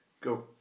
Go